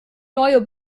neue